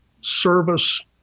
service